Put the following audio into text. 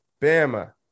Bama